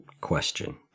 question